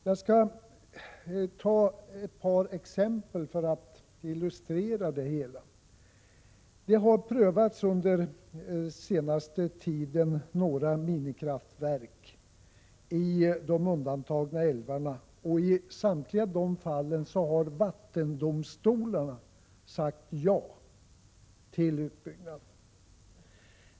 Jag skall ta ett par exempel för att illustrera det anförda. Under den senaste tiden har några minikraftverk i de undantagna älvarna prövats. I samtliga de fallen har vattendomstolarna sagt ja till en utbyggnad.